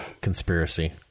conspiracy